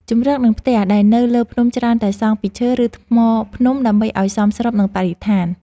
ជម្រក និងផ្ទះ ដែលនៅលើភ្នំច្រើនតែសង់ពីឈើ ឬថ្មភ្នំដើម្បីឱ្យសមស្របនឹងបរិស្ថាន។